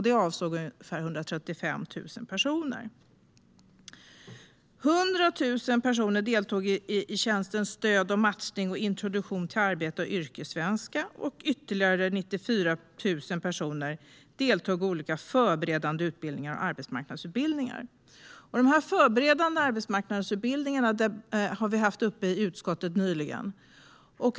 Detta avsåg ungefär 135 000 personer. 100 000 personer deltog i tjänsterna Stöd och matchning, Introduktion till arbete och Yrkessvenska, och ytterligare 94 000 personer deltog i olika förberedande utbildningar och arbetsmarknadsutbildningar. De förberedande arbetsmarknadsutbildningarna har vi haft uppe i utskottet nyligen.